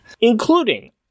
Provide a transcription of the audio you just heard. including